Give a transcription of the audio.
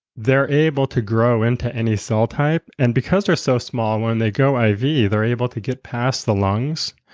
they're able to grow into any cell type and because they're so small when they go um iv they're able to get past the lungs.